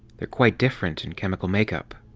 they're quite different in chemical makeup.